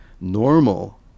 normal